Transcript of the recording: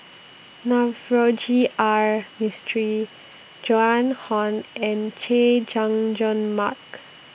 Navroji R Mistri Joan Hon and Chay Jung Jun Mark